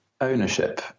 ownership